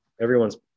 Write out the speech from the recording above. everyone's